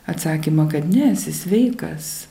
atsakymą kad ne esi sveikas